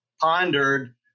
pondered